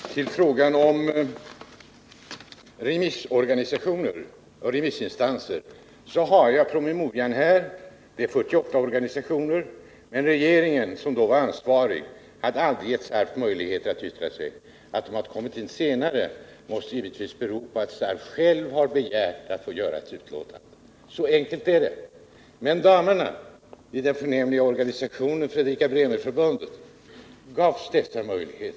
Herr talman! Jag har promemorian över remissorganisationer och remissinstanser här i min hand. Det är 48 organisationer. Men den regering som då var ansvarig hade aldrig gett SARF möjligheter att yttra sig. Att de kommit in med ett yttrande senare måste givetvis bero på att SARF begärt att få lämna ett utlåtande. Så enkelt är det. Men damerna i den förnämliga organisationen, Fredrika-Bremer-förbundet, gavs denna möjlighet.